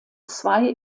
zwei